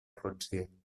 conscient